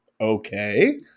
okay